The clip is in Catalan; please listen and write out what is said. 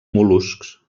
mol·luscs